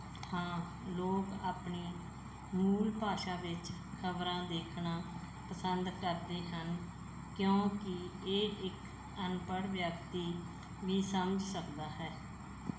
ਹਾਂ ਲੋਕ ਆਪਣੇ ਮੂਲ ਭਾਸ਼ਾ ਵਿੱਚ ਖਬਰਾਂ ਦੇਖਣਾ ਪਸੰਦ ਕਰਦੇ ਹਨ ਕਿਉਂਕਿ ਇਹ ਇੱਕ ਅਨਪੜ ਵਿਅਕਤੀ ਵੀ ਸਮਝ ਸਕਦਾ ਹੈ